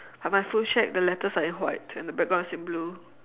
but my food shack the letters are in white and the background is in blue